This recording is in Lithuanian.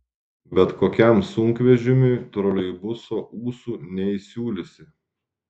bet kokiam sunkvežimiui troleibuso ūsų neįsiūlysi